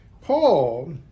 Paul